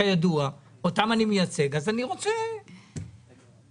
כידוע, אותם אני מייצג, אז אני רוצה ביטחונות.